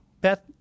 Beth